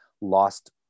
lost